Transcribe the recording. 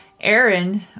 Aaron